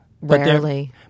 Rarely